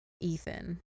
Ethan